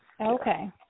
Okay